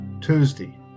Tuesday